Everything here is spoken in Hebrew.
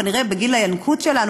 כנראה בגיל הינקות שלנו,